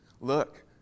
look